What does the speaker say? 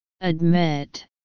Admit